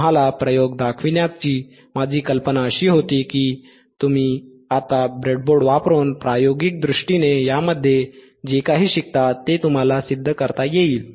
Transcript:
तुम्हाला प्रयोग दाखविण्याची माझी कल्पना अशी होती की तुम्ही आता ब्रेडबोर्ड वापरून प्रायोगिक दृष्टीने यामध्ये जे काही शिकता ते तुम्हाला सिद्ध करता येईल